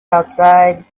outside